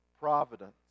providence